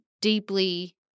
deeply